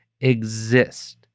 Exist